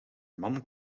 man